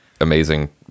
amazing